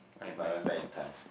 if I went back in time